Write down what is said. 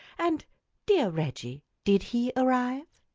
and dear reggie did he arrive?